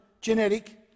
genetic